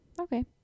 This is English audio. Okay